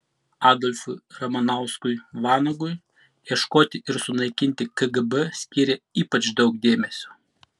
adolfui ramanauskui vanagui ieškoti ir sunaikinti kgb skyrė ypač daug dėmesio